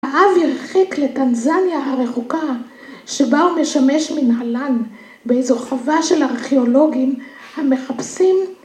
‫האב ירחיק לטנזניה הרחוקה ‫שבה הוא משמש מנהלן ‫באיזו חווה של ארכיאולוגים ‫המחפשים...